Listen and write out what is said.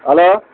hello